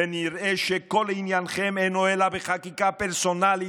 ונראה שכל עניינכם אינו אלא בחקיקה פרסונלית,